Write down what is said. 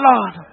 Lord